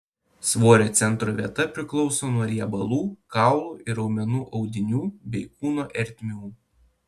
svorio centro vieta priklauso nuo riebalų kaulų ir raumenų audinių bei kūno ertmių